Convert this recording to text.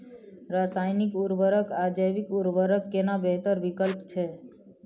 रसायनिक उर्वरक आ जैविक उर्वरक केना बेहतर विकल्प छै?